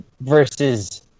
Versus